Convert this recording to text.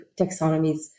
taxonomies